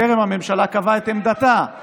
למה אילת שינתה את דעתה?